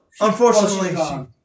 unfortunately